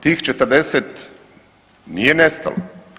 Tih 40 nije nestalo.